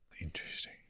Interesting